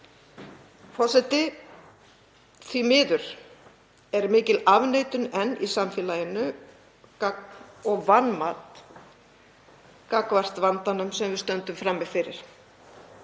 Forseti. Því miður er mikil afneitun enn í samfélaginu og vanmat gagnvart vandanum sem við stöndum frammi fyrir.